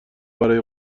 برای